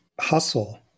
hustle